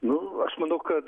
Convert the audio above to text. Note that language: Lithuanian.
nu aš manau kad